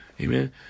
Amen